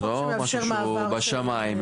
זה לא משהו בשמיים.